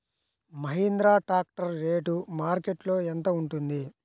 Mahindra tractor rate మార్కెట్లో యెంత ఉంటుంది?